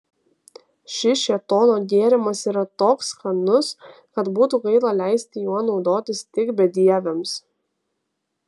šis šėtono gėrimas yra toks skanus kad būtų gaila leisti juo naudotis tik bedieviams